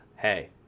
Hey